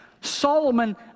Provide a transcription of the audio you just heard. Solomon